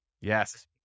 Yes